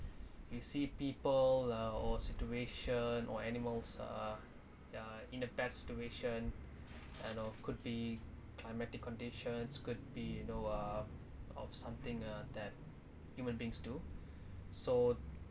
you see people uh or situation or animals uh ya in the past situation and or could be climatic conditions could be you know uh of something uh that human beings do so